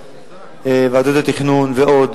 ועדות התכנון ועוד,